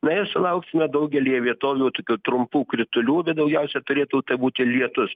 na ir lauksime daugelyje vietovių tokių trumpų kritulių bet daugiausia turėtų būti lietus